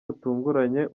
butunguranye